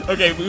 Okay